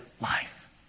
life